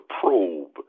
probe